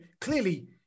clearly